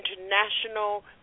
international